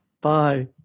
Bye